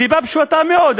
מסיבה פשוטה מאוד.